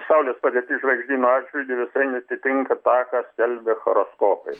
saulės padėtis žvaigždynų atžvilgiu visai neatitinka tą ką skelbia horoskopai